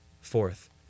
Fourth